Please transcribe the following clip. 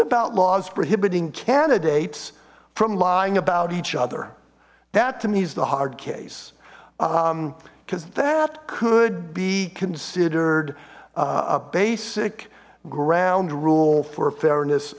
about laws prohibiting candidates from lying about each other that to me is the hard case because that could be considered a basic ground rule for fairness